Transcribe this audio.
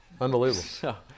Unbelievable